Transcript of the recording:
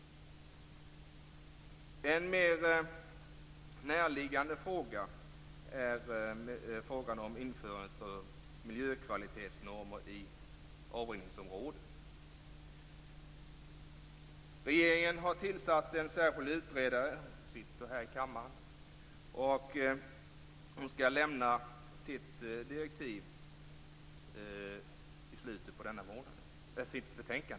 En mer närliggande fråga är införandet av miljökvalitetsnormer i avrinningsområden. Regeringen har tillsatt en särskild utredare. Hon sitter här i kammaren. Hon skall lämna sitt betänkande i slutet av denna månad.